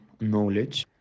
knowledge